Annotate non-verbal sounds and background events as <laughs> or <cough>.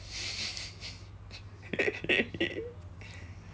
<laughs>